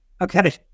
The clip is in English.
Okay